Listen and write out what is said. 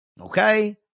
Okay